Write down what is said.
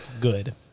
Good